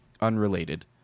unrelated